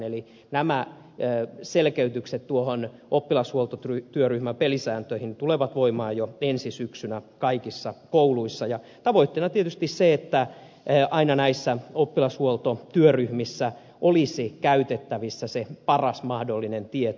eli nämä selkeytykset tuohon oppilashuoltotyöryhmän pelisääntöihin tulevat voimaan jo ensi syksynä kaikissa kouluissa ja tavoitteena tietysti on se että aina näissä oppilashuoltotyöryhmissä olisi käytettävissä se paras mahdollinen tieto